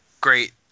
great